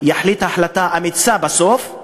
יחליט החלטה אמיצה בסוף,